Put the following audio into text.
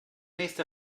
nächste